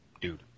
dude